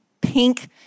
pink